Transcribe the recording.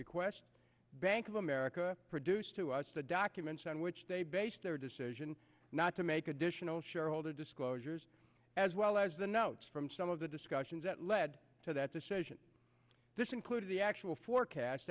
request bank of america produce to us the documents on which they based their decision not to make additional shareholder disclosures as well as the notes from some of the discussions that led to that decision this included the actual forecast